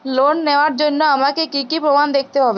Loan নেওয়ার জন্য আমাকে কী কী প্রমাণ দেখতে হবে?